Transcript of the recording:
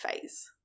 phase